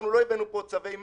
אנחנו לא הבאנו לפה צווי מכס,